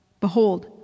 Behold